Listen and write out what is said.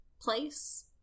place